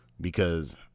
Because-